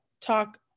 talk